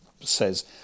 says